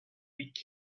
week